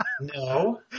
No